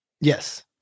Yes